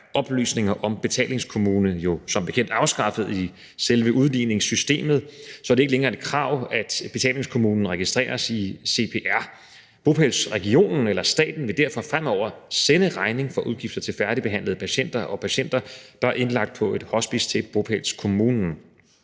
oplysninger om betalingskommune jo som bekendt afskaffet i selve udligningssystemet, så det ikke længere er et krav, at betalingskommunen registreres i CPR. Bopælsregionen eller staten vil derfor fremover sende regningen for udgifter til færdigbehandlede patienter og patienter, der er indlagt på et hospice, til bopælskommunen.